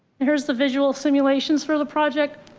here's the visual simulations for the project.